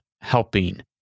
helping